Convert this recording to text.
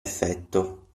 effetto